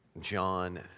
John